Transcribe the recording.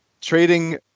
trading